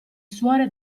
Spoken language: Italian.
suore